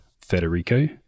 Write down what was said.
Federico